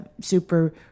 super